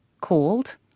called